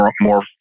more